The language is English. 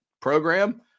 program